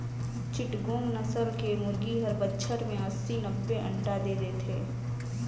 चिटगोंग नसल के मुरगी हर बच्छर में अस्सी, नब्बे अंडा दे देथे